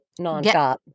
nonstop